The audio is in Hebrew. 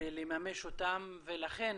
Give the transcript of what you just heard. ולממש אותם ולכן